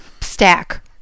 stack